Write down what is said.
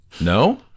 No